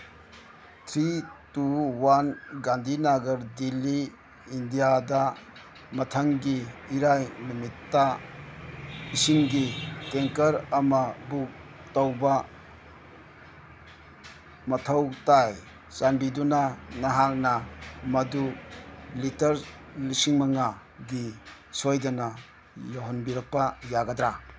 three two one Gandhinagar Delhi ꯏꯟꯗꯤꯌꯥꯗ ꯃꯊꯪꯒꯤ ꯏꯔꯥꯏ ꯅꯨꯃꯤꯠꯇ ꯏꯁꯤꯡꯒꯤ ꯇꯦꯡꯀꯔ ꯑꯃ ꯕꯨꯛ ꯇꯧꯕ ꯃꯊꯧ ꯇꯥꯏ ꯆꯥꯟꯕꯤꯗꯨꯅ ꯅꯍꯥꯛꯅ ꯃꯗꯨ ꯂꯤꯇꯔ ꯂꯤꯁꯤꯡ ꯃꯉꯥꯒꯤ ꯁꯣꯏꯗꯅ ꯌꯧꯍꯟꯕꯤꯔꯛꯄ ꯌꯥꯒꯗ꯭ꯔꯥ